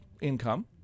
income